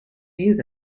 use